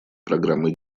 программы